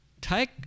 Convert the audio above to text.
Take